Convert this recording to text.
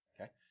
okay